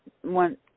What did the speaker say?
one